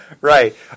Right